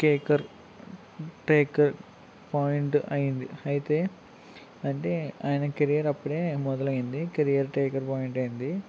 కేకర్ టేకర్ పాయింట్ అయింది అయితే అంటే ఆయన కెరియర్ అప్పుడే మొదలైంది కెరియర్ టేకర్ పాయింట్ అయింది